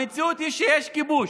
המציאות היא שיש כיבוש,